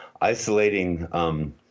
isolating